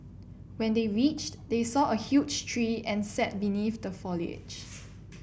when they reached they saw a huge tree and sat beneath the foliage